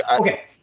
Okay